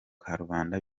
karubanda